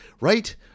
Right